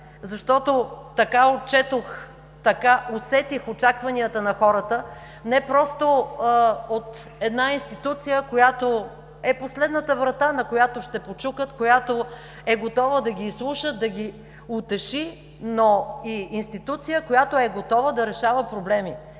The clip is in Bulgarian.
Защото така отчетох, така усетих очакванията на хората – не просто от една институция, която е последната врата, на която ще почукат, която е готова да ги изслуша, да ги утеши, но и институция, която е готова да решава проблеми,